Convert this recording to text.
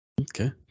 Okay